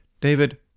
David